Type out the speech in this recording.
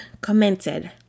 commented